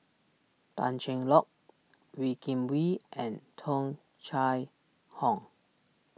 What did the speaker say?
Tan Cheng Lock Wee Kim Wee and Tung Chye Hong